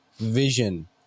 vision